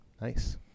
Nice